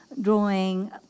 drawing